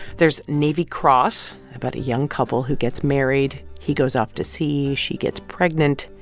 there's navy cross about a young couple who gets married. he goes off to sea. she gets pregnant.